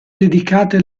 dedicate